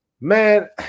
man